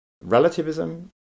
relativism